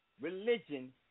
religion